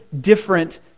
different